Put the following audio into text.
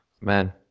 Man